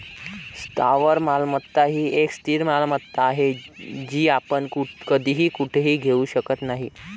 स्थावर मालमत्ता ही एक स्थिर मालमत्ता आहे, जी आपण कधीही कुठेही घेऊ शकत नाही